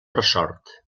ressort